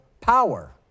power